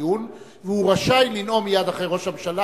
הדיון והוא רשאי לנאום מייד אחרי ראש הממשלה,